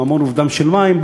עם המון אובדן של מים,